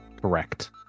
Correct